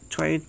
Try